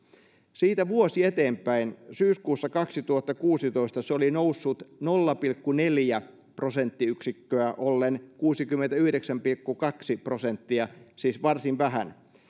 siitä vuosi eteenpäin syyskuussa kaksituhattakuusitoista se oli noussut nolla pilkku neljä prosenttiyksikköä ollen kuusikymmentäyhdeksän pilkku kaksi prosenttia siis varsin vähän